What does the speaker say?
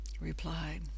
replied